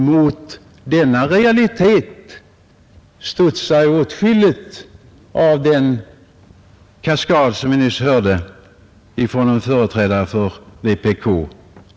Mot denna realitet studsar åtskilligt tillbaka av den kaskad vi nyss hörde från en företrädare för vpk.